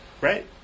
right